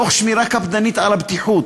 תוך שמירה קפדנית על הבטיחות.